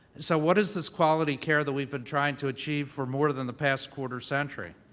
so, what is this quality care that we've been trying to achieve for more than the past quarter century?